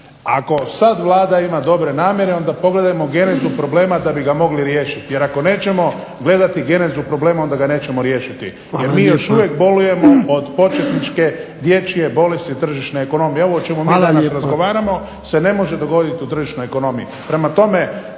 ako sad Vlada ima dobre namjere onda pogledajmo genezu problema da bi ga mogli riješiti. Jer ako nećemo gledati genezu problema onda ga nećemo riješiti. Jer mi još uvijek bolujemo od početničke dječje bolesti tržišne ekonomije. I ovo o čemu mi danas razgovaramo se ne može dogoditi u tržišnoj ekonomiji.